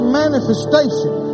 manifestation